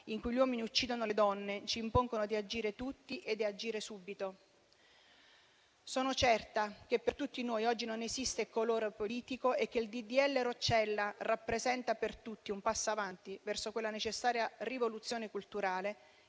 in cui gli uomini uccidono le donne, ci impongono di agire tutti e di agire subito. Sono certa che per tutti noi oggi non esiste colore politico e che il disegno di legge Roccella rappresenta per tutti un passo avanti, verso quella necessaria rivoluzione culturale